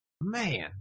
Man